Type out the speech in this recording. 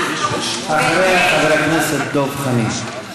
אחריה, חבר הכנסת דב חנין.